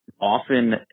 often